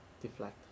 Deflect